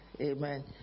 Amen